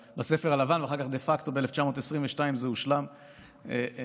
ואחר כך דה פקטו ב-1922 זה הושלם סופית,